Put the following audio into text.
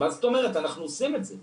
מה זאת אומרת, אנחנו עושים את זה.